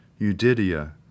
Eudidia